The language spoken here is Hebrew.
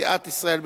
סיעת ישראל ביתנו.